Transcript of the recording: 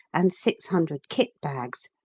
and six hundred kit-bags!